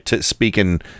speaking